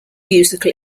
musical